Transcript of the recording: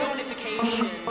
Unification